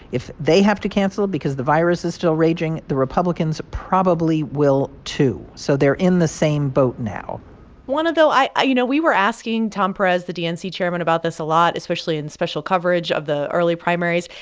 if they have to cancel because the virus is still raging, the republicans probably will, too. so they're in the same boat now juana, though, i i you know, we were asking tom perez, the dnc chairman, about this a lot, especially in special coverage of the early primaries.